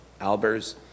albers